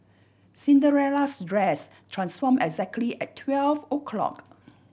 Cinderella's dress transform exactly at twelve o' clock